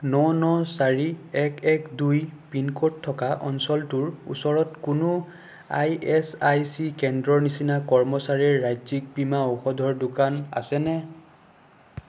ন ন চাৰি এক এক দুই পিন ক'ড থকা অঞ্চলটোৰ ওচৰত কোনো ইএচআইচি কেন্দ্ৰৰ নিচিনা কৰ্মচাৰীৰ ৰাজ্যিক বীমা ঔষধৰ দোকান আছেনে